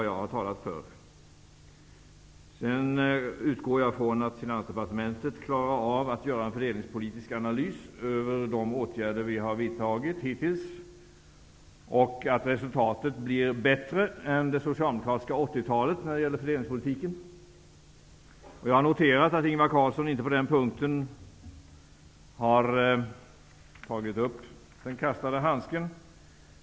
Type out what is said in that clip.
Jag utgår från att Finansdepartementet klarar av att göra en fördelningspolitisk analys över de åtgärder som vi har vidtagit hittills och att resultatet av fördelningspolitiken skall bli bättre än under det socialdemokratiska 80-talet. Jag har noterat att Ingvar Carlsson på den punkten inte har tagit upp den kastade handsken.